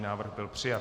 Návrh byl přijat.